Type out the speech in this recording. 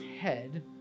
head